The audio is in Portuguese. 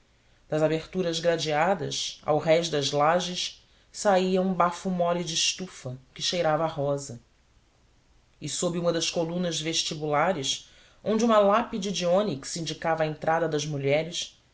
das aberturas gradeadas ao rés das lajes saía um bafo mole de estufa que cheirava a rosa e sob uma das colunas vestibulares onde uma lápide de ônix indicava a entrada das mulheres